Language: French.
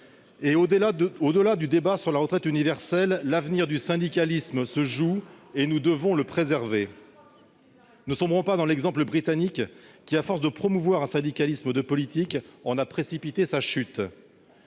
! Au-delà du débat sur la retraite universelle, l'avenir du syndicalisme se joue et nous devons le préserver ! Ne sombrons pas dans l'exemple britannique qui, à force de promouvoir un syndicalisme de politiques, a précipité sa chute.